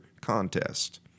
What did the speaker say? contest